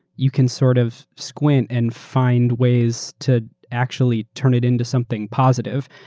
you can sort of squint and find ways to actually turn it into something positive,